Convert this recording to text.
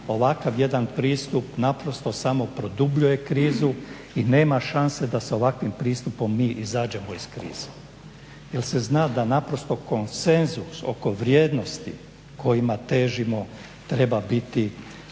ovakav jedan pristup naprosto samo produbljuje krizu i nema šanse da s ovakvim pristupom mi izađemo iz krize jel se zna da konsenzus oko vrijednosti kojima težimo treba biti